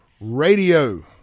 radio